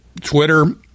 Twitter